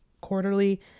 Quarterly